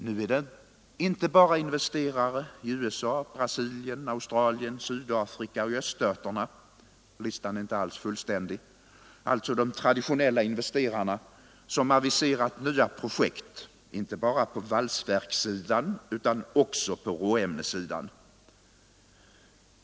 Nu är det inte bara investerare i USA, Brasilien, Australien, Sydafrika och Öststaterna — listan är alls inte fullständig — alltså de traditionella investerarna, som aviserat nya projekt inte bara på valsverkssidan utan också på råämnessidan.